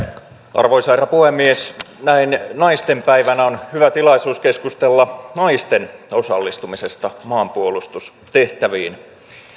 arvoisa herra puhemies näin naistenpäivänä on hyvä tilaisuus keskustella naisten osallistumisesta maanpuolustustehtäviin